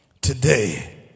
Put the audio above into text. today